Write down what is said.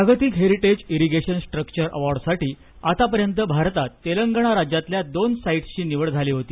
जागतिक heritage irrigation structure award साठी आतापर्यंत भारतात तेलंगणा राज्यातल्या दोन साईट्सची निवड झाली होती